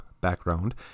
background